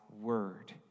word